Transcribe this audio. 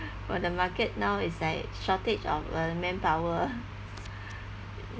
for the market now is like shortage of uh manpower